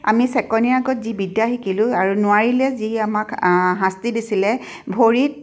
আমি চেকনিৰ আগত যি বিদ্যা শিকিলোঁ আৰু নোৱাৰিলে যি আমাক শাস্তি দিছিলে ভৰিত